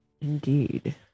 indeed